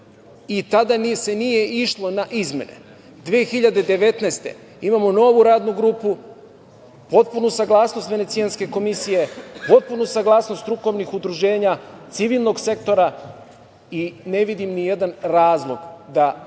i tada se nije išlo na izmene. Godine 2019. imamo novu radnu grupu, potpunu saglasnost Venecijanske komisije, potpunu saglasnost strukovnih udruženja, civilnog sektora i ne vidim ni jedan razlog da danas